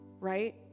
right